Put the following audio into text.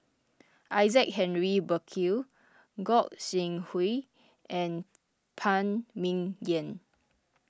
Isaac Henry Burkill Gog Sing Hooi and Phan Ming Yen